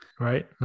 Right